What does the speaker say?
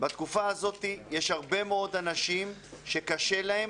בתקופה הזו יש הרבה מאוד אנשים שקשה להם,